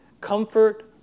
comfort